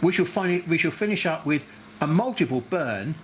we shall find we shall finish up with a multiple burn